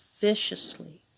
viciously